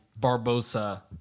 Barbosa